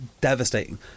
devastating